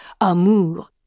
amour